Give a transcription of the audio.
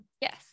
Yes